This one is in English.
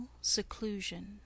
seclusion